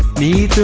me